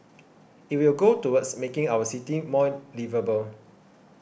it will go towards making our city more liveable